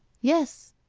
yes.